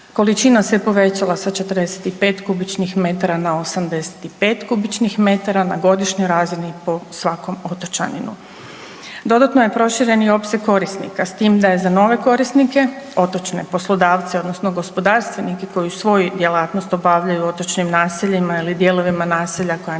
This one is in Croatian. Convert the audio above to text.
Količina se povećala sa 45 kubičnih metara na 85 kubičnih metara na godišnjoj razini po svakom otočaninu. Dodatno je proširen i opseg korisnika s tim da je za nove korisnike, otočne poslodavce odnosno gospodarstvenike koji svoju djelatnost obavljaju u otočnim naseljima ili dijelovima naseljima koja nisu